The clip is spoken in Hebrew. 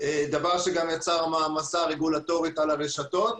דבר שיצר מעמסה רגולטורית על הרשתות.